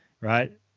right